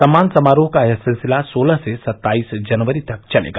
सम्मान समारोह का यह सिलसिला सोलह से सत्ताईस जनवरी तक चलेगा